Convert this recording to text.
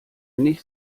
nicht